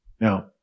Now